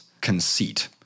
conceit